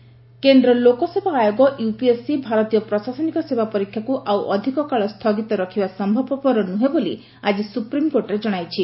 UPSC SC କେନ୍ଦ୍ର ଲୋକସେବା ଆୟୋଗ ୟୁପିଏସ୍ସି ଭାରତୀୟ ପ୍ରଶାସନିକ ସେବା ପରୀକ୍ଷାକୁ ଆଉ ଅଧିକ କାଳ ସ୍ଥୁଗିତ ରଖିବା ସମ୍ଭବପର ନୁହେଁ ବୋଲି ଆକି ସ୍ୱପ୍ରିମକୋର୍ଟରେ ଜଣାଇଛି